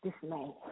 dismay